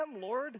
Lord